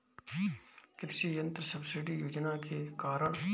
कृषि यंत्र सब्सिडी योजना के कारण?